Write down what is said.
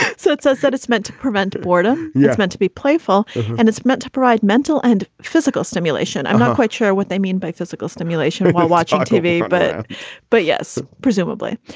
and so it's says that it's meant to prevent boredom. and it's meant to be playful and it's meant to provide mental and physical stimulation. i'm not quite sure what they mean by physical stimulation. i watch on tv. but but yes, presumably.